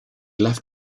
left